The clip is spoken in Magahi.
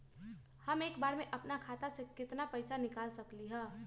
हम एक बार में अपना खाता से केतना पैसा निकाल सकली ह?